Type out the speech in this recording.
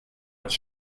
als